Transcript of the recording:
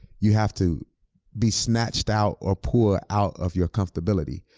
you have to be snatched out or pulled out of your comfortability.